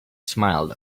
smiled